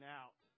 out